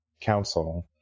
council